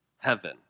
heaven